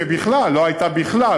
לא הייתה בכלל,